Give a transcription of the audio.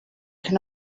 can